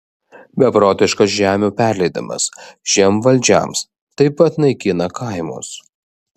beprotiškas žemių perleidimas žemvaldžiams taip pat naikina kaimus